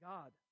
God